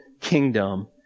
kingdom